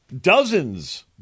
Dozens